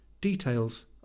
Details